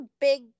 big